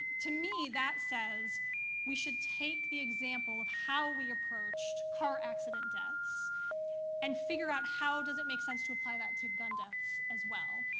to me, that says we should take the example of how we approached car-accident deaths and figure out how does it make sense to apply that to gun deaths, as well,